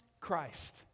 Christ